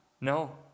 No